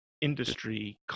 industry